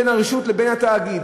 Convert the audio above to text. בין הרשות לבין התאגיד: